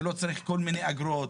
ולא צריך כל מיני אגרות.